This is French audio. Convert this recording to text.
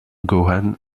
gohan